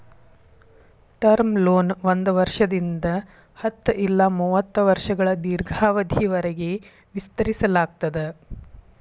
term loan ಒಂದ್ ವರ್ಷದಿಂದ ಹತ್ತ ಇಲ್ಲಾ ಮೂವತ್ತ ವರ್ಷಗಳ ದೇರ್ಘಾವಧಿಯವರಿಗಿ ವಿಸ್ತರಿಸಲಾಗ್ತದ